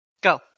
Go